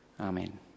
Amen